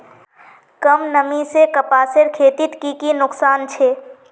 कम नमी से कपासेर खेतीत की की नुकसान छे?